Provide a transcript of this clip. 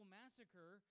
massacre